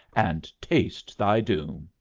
and taste thy doom.